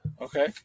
Okay